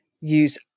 use